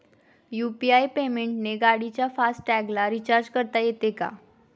UPI पेमेंटने गाडीच्या fast टॅगला रिर्चाज करता येते का?